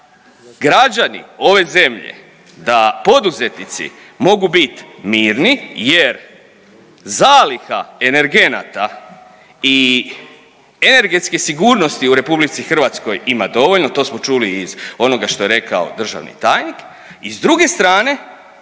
građani ove zemlje, da poduzetnici mogu bit mirni jer zaliha energenata i energetske sigurnosti u RH ima dovoljno, to smo čuli iz onoga što je rekao državni tajnik i s druge strane